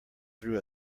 through